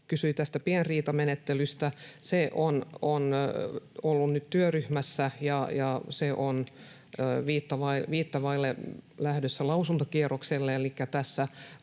kysyi pienriitamenettelystä. Se on ollut nyt työryhmässä, ja se on viittä vaille lähdössä lausuntokierrokselle.